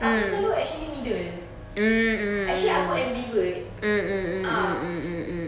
aku selalu actually middle actually aku ambivert ah